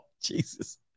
Jesus